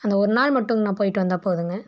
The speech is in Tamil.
அந்த ஒரு நாள் மட்டுங்ண்ணா போயிட்டு வந்தால் போதுங்க